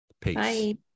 peace